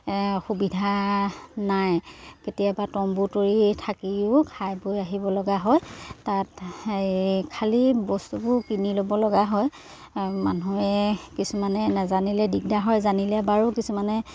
সুবিধা নাই কেতিয়াবা তম্বু তৰি থাকিও খাই বৈ আহিব লগা হয় তাত হেৰি খালী বস্তুবোৰ কিনি ল'ব লগা হয় মানুহে কিছুমানে নাজানিলে দিগদাৰ হয় জানিলে বাৰু কিছুমানে